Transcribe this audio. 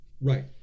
right